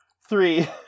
three